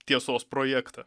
tiesos projektą